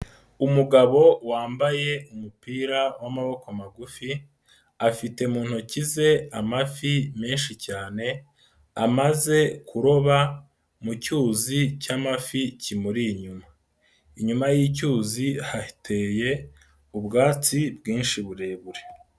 Umugabo wambaye umupira w'amaboko magufi, afite mu ntoki ze amafi menshi cyane amaze kuroba mu cyuzi cy'amafi kimuri inyuma. Inyuma y'icyuzi hateye ubwatsi bwinshi burebure.